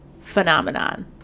Phenomenon